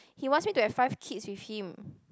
he wants me to have five kids with him